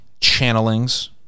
channelings